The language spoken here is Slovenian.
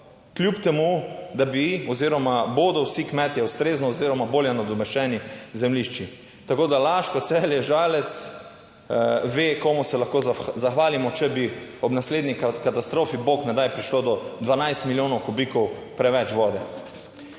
kljub temu, da bi oziroma bodo vsi kmetje ustrezno oziroma bolje nadomeščeni zemljišči. Tako, da Laško, Celje, Žalec ve, komu se lahko zahvalimo, če bi ob naslednji katastrofi, bog ne daj, prišlo do 12 milijonov kubikov preveč vode.